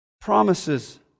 promises